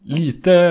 lite